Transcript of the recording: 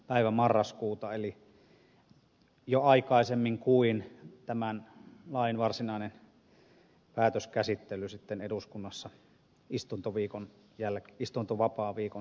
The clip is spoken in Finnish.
päivä marraskuuta eli jo aikaisemmin kuin tämän lain varsinainen päätöskäsittely sitten eduskunnassa istuntovapaaviikon jälkeen on